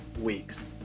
weeks